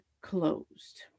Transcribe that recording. closed